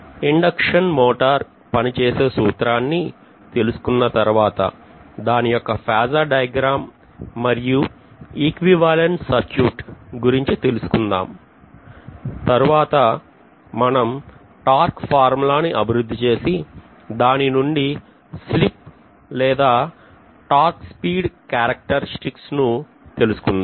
induction motor పనిచేసే సూత్రాన్ని తెలుసుకున్న తర్వాత దాని యొక్క ఫేజార్ డయాగ్రమ్ మరియు ఈక్వివాలెంట్ సర్క్యూట్ గురించి తెలుసుకుందాం తర్వాత మనం టార్క్ ఫార్ములాను అభివృద్ధి చేసి దానినుంచి స్లిప్ లేదా స్పీడ్ టార్క్ క్యారెక్టర్స్టిక్స్ ను తెలుసుకుందాం